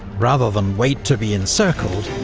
rather than wait to be encircled,